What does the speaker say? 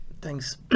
Thanks